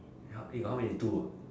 yup eh you got how many two ah